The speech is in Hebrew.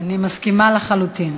אני מסכימה לחלוטין.